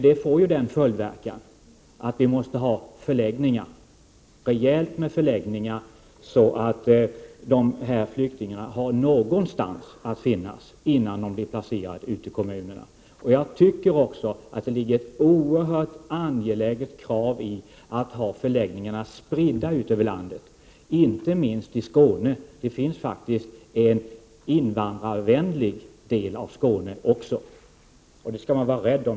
Det får till följd att vi måste ha rejält med förläggningar så att flyktingarna har någonstans att vara tills de blir placerade ute i kommunerna. Det är oerhört angeläget att förläggningarna är spridda över landet, inte minst i Skåne, eftersom det faktiskt finns även en invandrarvänlig del av Skåne, vilken man skall vara rädd om.